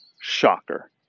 Shocker